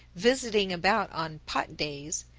visiting about on pot-days,